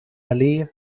allee